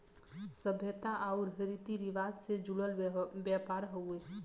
सभ्यता आउर रीती रिवाज से जुड़ल व्यापार हउवे